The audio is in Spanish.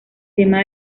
tema